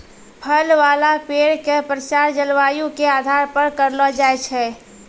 फल वाला पेड़ के प्रसार जलवायु के आधार पर करलो जाय छै